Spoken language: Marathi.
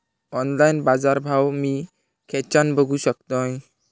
ऑनलाइन बाजारभाव मी खेच्यान बघू शकतय?